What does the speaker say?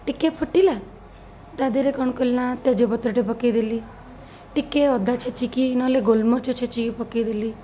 ଟିକିଏ ଫୁଟିଲା ତା'ଦେହରେ କ'ଣ କଲି ନା ତେଜପତ୍ରଟେ ପକାଇଦେଲି ଟିକିଏ ଅଦା ଛେଚିକି ନହଲେ ଗୋଲମରିଚ ଛେଚିକି ପକାଇଦେଲି